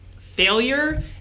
failure